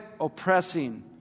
oppressing